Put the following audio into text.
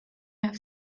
have